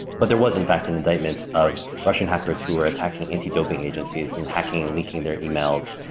but there was in fact, an indictment of russian hackers who are attacking anti-doping agencies and hacking and leaking their emails.